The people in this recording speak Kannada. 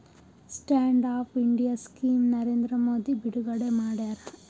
stand up India scheme Narendra Modi ಬಿಡುಗಡೆ ಮಾಡ್ಯಾರ